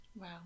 Wow